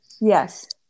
yes